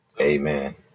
Amen